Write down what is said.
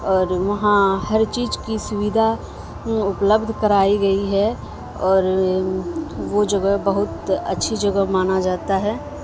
اور وہاں ہر چیج کی سویدھا اپلبدھ کرائی گئی ہے اور وہ جگہ بہت اچھی جگہ مانا جاتا ہے